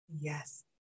Yes